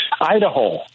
Idaho